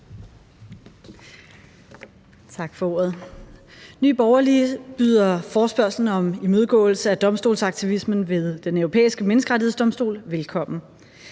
Tak for ordet. Nye Borgerlige byder forespørgslen om imødegåelse af domstolsaktivismen ved Den Europæiske Menneskerettighedsdomstol velkommen.